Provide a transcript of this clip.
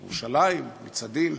בירושלים, מצעדים,